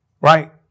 Right